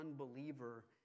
unbeliever